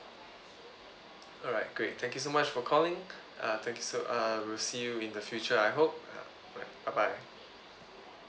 alright great thank you so much for calling uh thank you so uh I'll see you in the future I hope bye bye